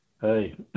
Hey